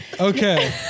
Okay